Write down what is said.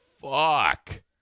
fuck